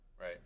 Right